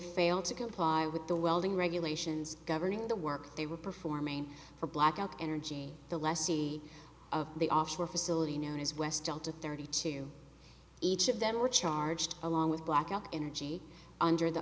failed to comply with the welding regulations governing the work they were performing for blackout energy the lessee of the offshore facility known as west delta thirty two each of them were charged along with blackout energy under the